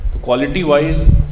Quality-wise